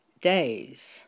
days